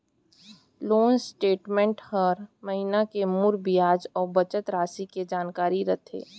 loan statement म हर महिना के मूर बियाज अउ बचत रासि के जानकारी रथे